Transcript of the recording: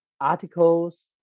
articles